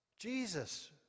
Jesus